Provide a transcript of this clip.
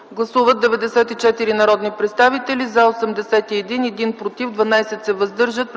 Гласували 94 народни представители: за 81, против 1, въздържали